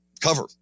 cover